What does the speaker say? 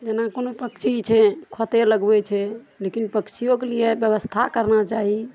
जेना कोनो पक्षी छै खोते लगबै छै लेकिन पक्षियोके लिए व्यवस्था करबा चाही